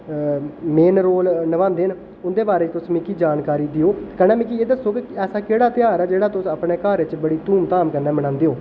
अ main role नभांदे न उं'दे बारे च तुस मिकी जानकारी देओ कन्नै मिकी एह् दस्सो कि ऐसा केह्ड़ा ध्यार ऐ जेह्ड़ा तुस अपने घर च बड़े धूम धाम कन्नै मनांदे ओ